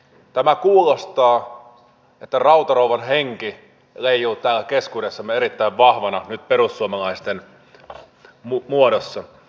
tämä kuulostaa että rautarouvan henki leijuu täällä keskuudessamme erittäin vahvana nyt perussuomalaisten muodossa